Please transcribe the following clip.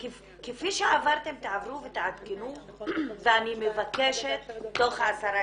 כפי שעברתם תעברו ותעדכנו ואני מבקשת תוך עשרה